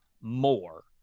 more